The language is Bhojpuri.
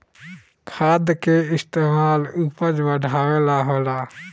खाद के इस्तमाल उपज बढ़ावे ला होला